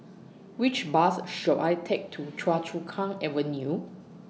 Which Bus should I Take to Choa Chu Kang Avenue